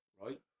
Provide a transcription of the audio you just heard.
right